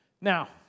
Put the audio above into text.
Now